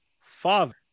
father